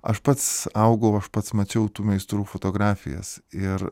aš pats augau aš pats mačiau tų meistrų fotografijas ir